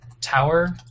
tower